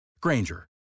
Granger